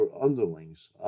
underlings